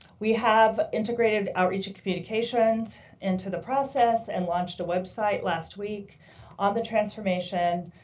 we have integrated outreach communications into the process and launched a website last week on the transformation